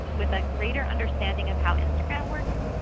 with a greater understanding of how instagram works,